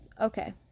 Okay